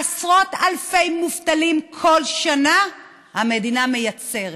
עשרות אלפי מובטלים כל שנה המדינה מייצרת.